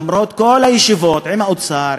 למרות כל הישיבות עם האוצר,